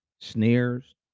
sneers